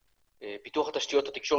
שירות.